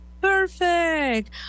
Perfect